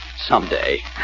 someday